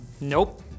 Nope